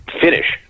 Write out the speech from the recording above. finish